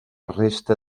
resta